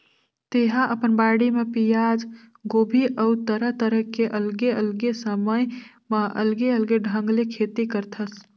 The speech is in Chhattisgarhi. तेहा अपन बाड़ी म पियाज, गोभी अउ तरह तरह के अलगे अलगे समय म अलगे अलगे ढंग के खेती करथस